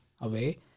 away